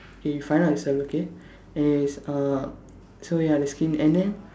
okay you find out yourself okay and it's uh so ya the skin and then